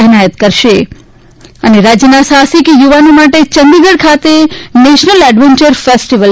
એનાયત કરશે રાજ્યના સાહસિક યુવાનો માટે ચંદીગઢ ખાતે નેશનલ એડવેન્યર ફેસ્ટિવલ